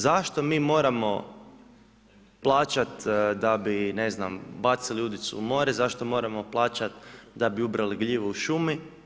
Zašto mi moramo plaćati da bi ne znam, bacili udicu u more, zašto moramo plaćat da bi ubrali gljivu u šumi?